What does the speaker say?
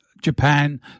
Japan